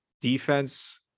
defense